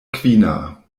kvina